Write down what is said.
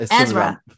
Ezra